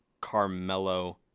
Carmelo